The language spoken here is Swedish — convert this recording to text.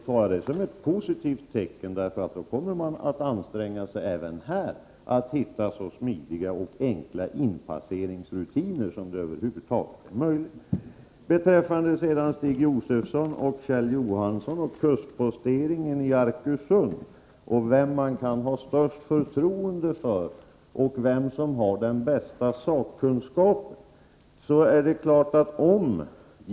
Men jag tar det som ett positivt tecken på att man även på det området kommer att anstränga sig för att hitta så smidiga och enkla införselrutiner som det över huvud taget är möjligt. Låt mig sedan gå över till det som Kjell Johansson och Stig Josefson tar upp, nämligen frågan om kustposteringen i Arkösund, vem man kan ha det största förtroendet för och vem som har den bästa sakkunskapen.